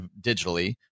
digitally